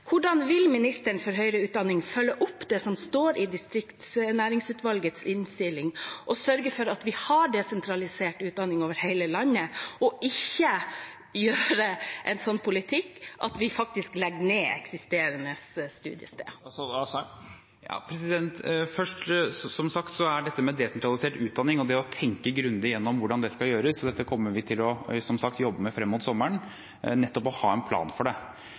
Hvordan vil ministeren for høyere utdanning følge opp det som står i distriktsnæringsutvalgets innstilling, og sørge for at vi har desentralisert utdanning over hele landet, ikke føre en sånn politikk at vi faktisk legger ned eksisterende studiesteder? Dette med desentralisert utdanning og det å tenke grundig gjennom hvordan det skal gjøres, kommer vi som sagt til å jobbe med frem mot sommeren, nettopp å ha en plan for det.